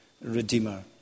Redeemer